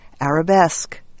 Arabesque